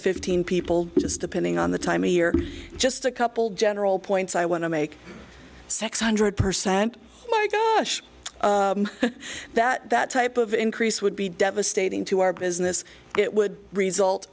fifteen people just depending on the time of year just a couple general points i want to make six hundred percent oh my gosh that that type of increase would be devastating to our business it would result